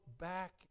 back